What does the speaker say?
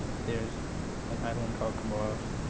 there's an island called comoros.